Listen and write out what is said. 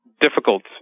difficult